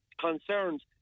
concerns